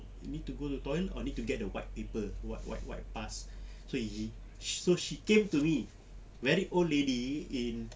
need to go to toilet or need to get the white paper white white pass so he so she came to me very old lady in